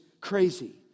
crazy